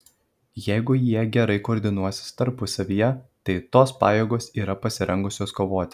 jeigu jie gerai koordinuosis tarpusavyje tai tos pajėgos yra pasirengusios kovoti